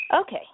Okay